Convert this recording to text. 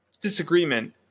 disagreement